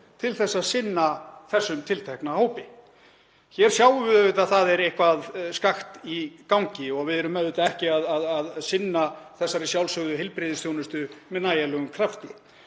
til að sinna þessum tiltekna hópi. Hér sjáum við auðvitað að það er eitthvað skakkt í gangi og við erum auðvitað ekki að sinna þessari sjálfsögðu heilbrigðisþjónustu með nægjanlegum krafti.